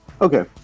Okay